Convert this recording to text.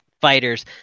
fighters